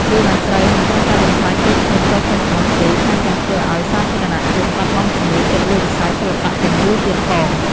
រឿងអាស្រូវមិនត្រឹមតែបំផ្លាញកេរ្តិ៍ឈ្មោះផ្ទាល់ខ្លួនប៉ុណ្ណោះទេ ថែមទាំងធ្វើឱ្យ សាធារណជនបាត់បង់ជំនឿចិត្តលើវិស័យសិល្បៈទាំងមូលទៀតផង។